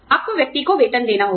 आपको व्यक्ति को वेतन देना होगा